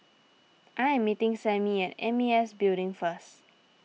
I am meeting Sammy at M A S Building first